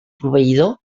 proveïdor